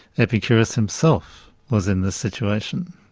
epicurus himself was in this situation,